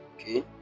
Okay